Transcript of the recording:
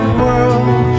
world